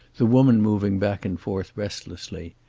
the woman moving back and forth restlessly.